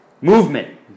Movement